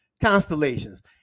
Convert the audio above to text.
constellations